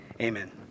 amen